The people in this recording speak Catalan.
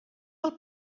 del